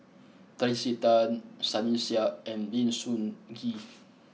Tracey Tan Sunny Sia and Lim Sun Gee